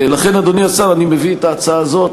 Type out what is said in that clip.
לכן, אדוני השר, אני מביא את ההצעה הזאת.